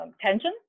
tension